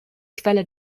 quelle